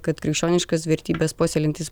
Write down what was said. kad krikščioniškas vertybes puoselėjantys